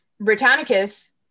Britannicus